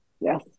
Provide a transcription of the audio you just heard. Yes